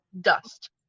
dust